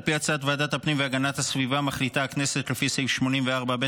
על פי הצעת ועדת הפנים והגנת הסביבה מחליטה הכנסת לפי סעיף 84(ב)